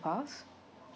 path